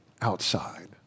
outside